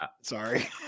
Sorry